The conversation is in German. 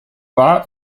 war